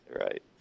right